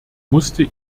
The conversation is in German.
musste